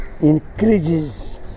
increases